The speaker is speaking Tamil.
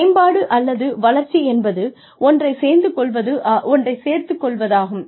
மேம்பாடு அல்லது வளர்ச்சி என்பது ஒன்றைச் சேர்த்து கொள்வதாகும்